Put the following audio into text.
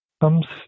comes